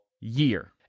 year